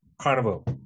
Carnival